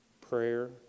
prayer